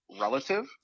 relative